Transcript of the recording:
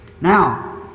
Now